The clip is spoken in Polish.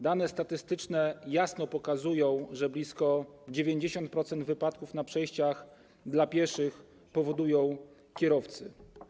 Dane statystyczne jasno pokazują, że blisko 90% wypadków na przejściach dla pieszych powodują kierowcy.